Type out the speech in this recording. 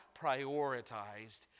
prioritized